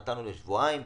נתנו לשבועיים.